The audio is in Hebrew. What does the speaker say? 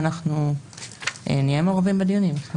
ואנחנו נהיה מעורבים בדיונים.